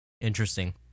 Interesting